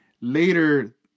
later